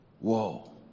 Whoa